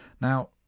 Now